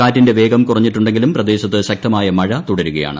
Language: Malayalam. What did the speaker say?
കാറ്റിന്റെ വേഗം കുറഞ്ഞിട്ടുണ്ടെങ്കിലും പ്രദേശത്ത് ശക്തമായ മഴ തുടരുകയാണ്